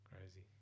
Crazy